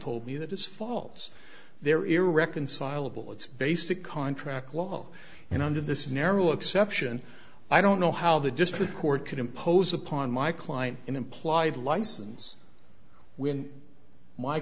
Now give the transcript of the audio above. told me that is false there irreconcilable it's basic contract law and under this narrow exception i don't know how the district court could impose upon my client an implied license when my